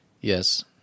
Yes